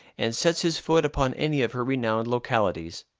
and sets his foot upon any of her renowned localities.